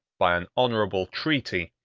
by an honorable treaty,